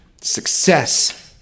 success